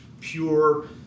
pure